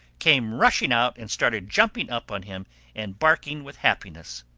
came rushing out and started jumping up on him and barking with happiness.